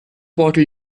portal